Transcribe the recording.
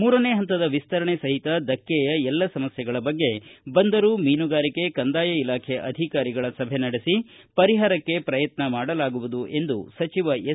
ಮೂರನೇ ಪಂತದ ವಿಸ್ತರಣೆ ಸಹಿತ ದಕ್ಕೆಯ ಎಲ್ಲ ಸಮಸ್ಥೆಗಳ ಬಗ್ಗೆ ಬಂದರು ಮೀನುಗಾರಿಕೆ ಕಂದಾಯ ಇಲಾಖೆ ಅಧಿಕಾರಿಗಳ ಸಭೆ ನಡೆಸಿ ಪರಿಹಾರಕ್ಕೆ ಪ್ರಯತ್ನ ಮಾಡಲಾಗುವುದು ಎಂದು ಸಚಿವ ಎಸ್